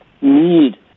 need